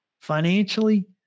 financially